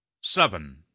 seven